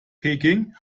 peking